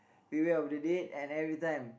beware of the date and every time